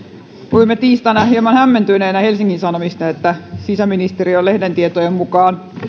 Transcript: luimme tiistaina hieman hämmentyneinä helsingin sanomista että sisäministeriö on lehden tietojen mukaan